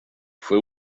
fue